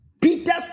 Peter's